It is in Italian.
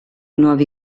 nuovi